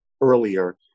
earlier